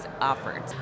offered